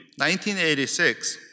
1986